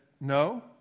no